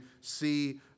see